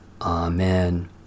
Amen